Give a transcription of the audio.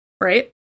Right